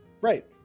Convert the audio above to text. Right